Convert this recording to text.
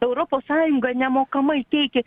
europos sąjunga nemokamai teikia